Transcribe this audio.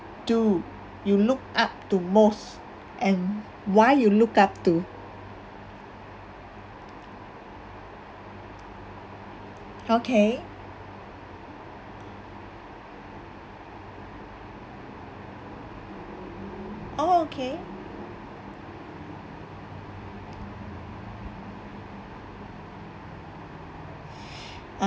do you look up to most and why you look up to okay oh okay